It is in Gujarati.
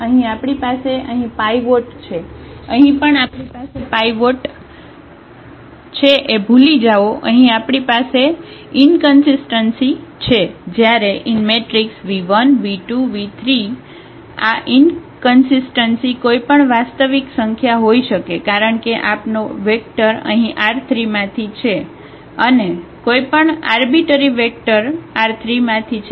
અહીં આપણી પાસે અહીં પાઇવોટ છે અહીં પણ આપણી પાસે પાઇવોટ છે પાઇવોટ વિશે ભૂલી જાઓ અહીં આપણી પાસે ઈનકન્સીસ્ટન્સી છે જયારે v1 v2 v3 આ ઈનકન્સીસ્ટન્સી કોઈપણ વાસ્તવિક સંખ્યા હોઈ શકે કારણ કે આપનો વેક્ટર અહીં R3 માંથી છે અને કોઈપણ આર્બિટરી વેક્ટર R3 માંથી છે